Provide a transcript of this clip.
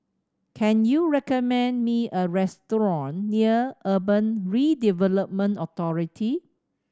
can you recommend me a restaurant near Urban Redevelopment Authority